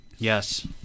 Yes